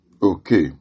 Okay